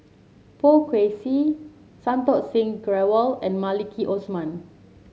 Poh Kay Swee Santokh Singh Grewal and Maliki Osman